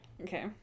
Okay